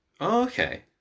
Okay